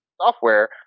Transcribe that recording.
software